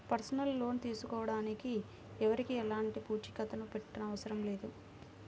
personal loan తీసుకోడానికి ఎవరికీ ఎలాంటి పూచీకత్తుని పెట్టనవసరం లేదు